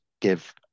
give